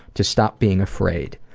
to stop being afraid.